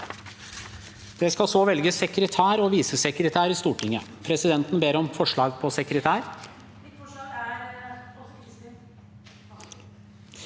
Det skal så velges sekretær og visesekretær i Stortinget. Presidenten ber om forslag på sekretær.